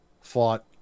fought